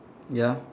ya